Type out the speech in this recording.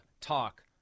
talk